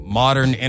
modern